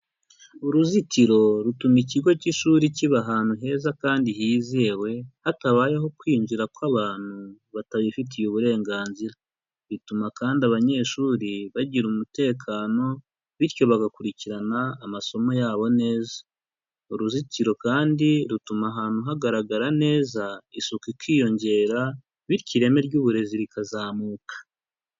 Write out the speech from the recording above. Uruzitiro rutuma ikigo k'ishuri kiba ahantu heza kandi hizewe hatabayeho kwinjira kw'abantu batabifitiye uburenganzira. bituma kandi abanyeshuri bagira umutekano bityo bagakurikirana amasomo yabo neza. Uruzitiro kandi rutuma ahantu hagaragarara neza isuku ikiyongera bityo ireme ry'uburezi rikazamuka.